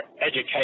education